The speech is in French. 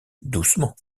doucement